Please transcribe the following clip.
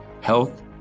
health